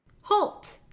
halt